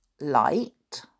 light